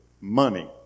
money